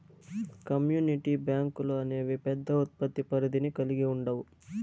community బ్యాంకులు అనేవి పెద్ద ఉత్పత్తి పరిధిని కల్గి ఉండవు